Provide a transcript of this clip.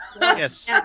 Yes